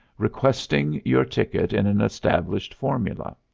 requesting your ticket in an established formula.